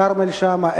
כרמל שאמה,